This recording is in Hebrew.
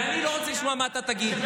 ואני לא רוצה לשמוע מה אתה תגיד.